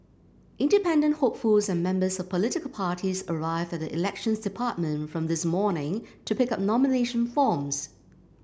independent hopefuls and members of political parties arrived at the Elections Department from this morning to pick up nomination forms